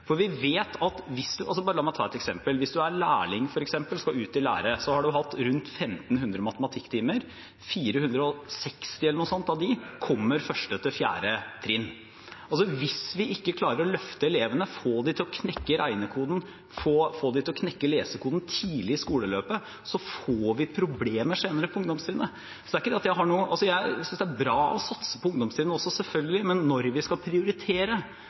La meg ta et eksempel: Hvis man er lærling og skal ut i lære, så har man hatt rundt 1 500 matematikktimer – 460 av dem, omtrent, har man hatt i 1.–4. trinn. Hvis vi ikke klarer å løfte elevene og få dem til å knekke regnekoden og lesekoden tidlig i skoleløpet, får vi problemer senere på ungdomstrinnet. Jeg synes det er bra å satse på ungdomstrinnet også, selvfølgelig, men når vi skal prioritere,